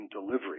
delivery